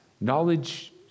knowledge